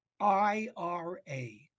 I-R-A